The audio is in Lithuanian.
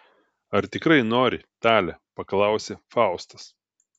ar tikrai nori tale paklausė faustas